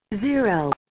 Zero